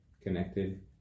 connected